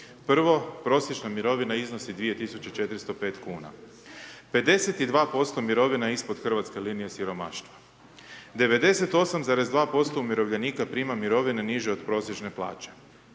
Prvo, prosječna mirovina iznosi 2405 kuna, 52% mirovina ispod hrvatske linije siromaštva, 98,2% umirovljenika prima mirovine niže od prosječne plaće,